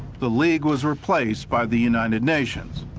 the league was replaced by the united nations.